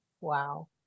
Wow